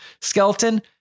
skeleton